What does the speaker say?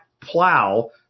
plow